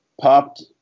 popped